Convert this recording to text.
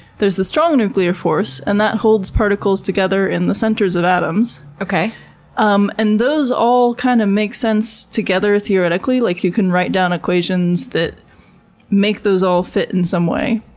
there's the strong nuclear force, and that holds particles together in the centres of atoms. um and those all, kind of, make sense together theoretically, like you can write down equations that make those all fit in some way,